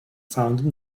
found